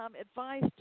advice